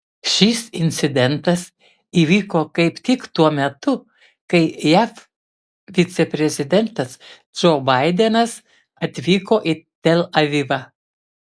šis incidentas įvyko kaip tik tuo metu kai jav viceprezidentas džo baidenas atvyko į tel avivą